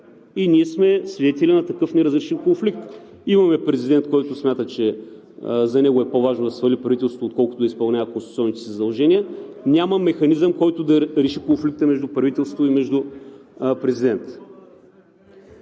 и ние сме свидетели на такъв неразрешим конфликт. Имаме президент, който смята, че за него е по-важно да свали правителството, отколкото да изпълнява конституционните си задължения. Няма механизъм, който да реши конфликта между правителство и президент.